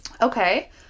okay